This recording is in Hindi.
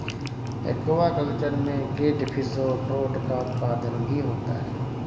एक्वाकल्चर में केटफिश और ट्रोट का उत्पादन भी होता है